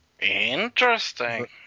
interesting